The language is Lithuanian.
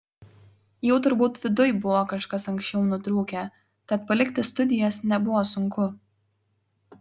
jau turbūt viduj buvo kažkas anksčiau nutrūkę tad palikti studijas nebuvo sunku